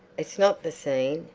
it's not the scene,